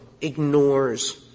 ignores